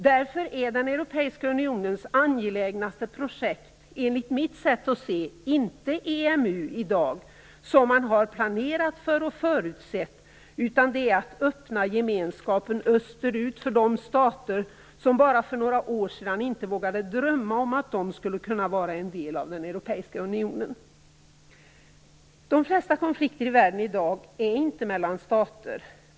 Därför är den europeiska unionens angelägnaste projekt i dag enligt mitt sätt att se inte EMU, som man har planerat för och förutsett, utan det är att öppna gemenskapen österut för de stater som bara för några år sedan inte vågade drömma om att de skulle kunna vara en del av den europeiska unionen. De flesta konflikter i världen i dag är inte mellan stater.